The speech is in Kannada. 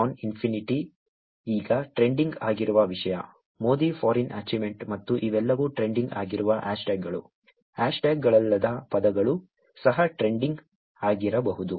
RobotOnInfinity ಈಗ ಟ್ರೆಂಡಿಂಗ್ ಆಗಿರುವ ವಿಷಯ ModiForeignAchievement ಮತ್ತು ಇವೆಲ್ಲವೂ ಟ್ರೆಂಡಿಂಗ್ ಆಗಿರುವ ಹ್ಯಾಶ್ಟ್ಯಾಗ್ಗಳು ಹ್ಯಾಶ್ಟ್ಯಾಗ್ಗಳಲ್ಲದ ಪದಗಳು ಸಹ ಟ್ರೆಂಡಿಂಗ್ ಆಗಿರಬಹುದು